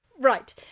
Right